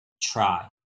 try